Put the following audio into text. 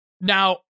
now